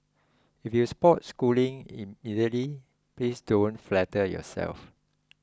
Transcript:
if you spot Schooling immediately please don't flatter yourself